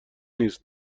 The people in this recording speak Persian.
نیس